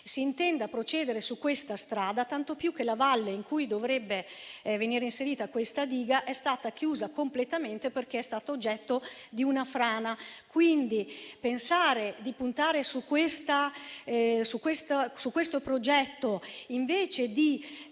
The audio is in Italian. si intenda procedere su questa strada, tanto più che la valle in cui dovrebbe essere inserita questa diga è stata chiusa completamente, perché è stata oggetto di una frana. Puntate su questo progetto, invece di